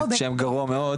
שם גרוע מאוד.